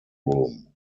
room